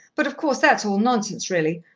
but, of course, that's all nonsense really.